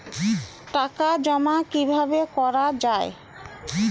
টাকা জমা কিভাবে করা য়ায়?